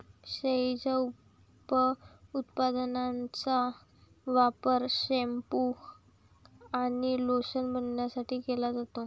शेळीच्या उपउत्पादनांचा वापर शॅम्पू आणि लोशन बनवण्यासाठी केला जातो